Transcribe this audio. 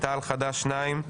תע"ל-חד"ש שניים.